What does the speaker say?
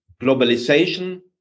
globalization